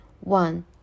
One